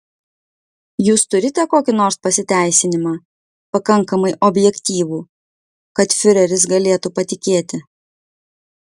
jūs turite kokį nors pasiteisinimą pakankamai objektyvų kad fiureris galėtų patikėti